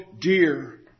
dear